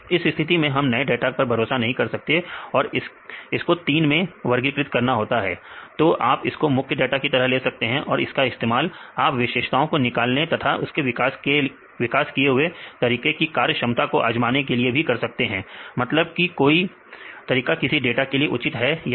इस स्थिति में हमें नए डाटा पर भरोसा नहीं होता और इसको तीन में वर्गीकृत करना होता है तो आप इसको मुख्य डाटा की तरह ले सकते हैं और इसका इस्तेमाल आप विशेषताओं को निकालने में तथा आपके विकास किए हुए तरीके के कार्य क्षमता को आजमाने के लिए भी कर सकते हैं मतलब की कोई तरीका किसी डाटा के लिए उचित है या नहीं